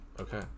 Okay